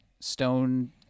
stone